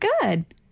good